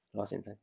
lost